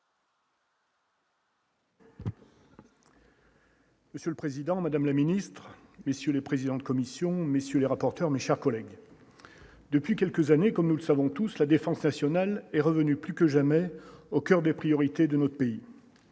Monsieur le Président, Madame la ministre, messieurs les présidents de commission, messieurs les rapporteurs, mes chers collègues, depuis quelques années, comme nous le savons tous la défense nationale est revenu plus que jamais au coeur des priorités de notre pays